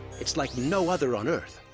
it's like no other on earth.